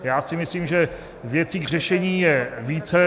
Já si myslím, že věcí k řešení je více.